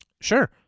Sure